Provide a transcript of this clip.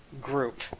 group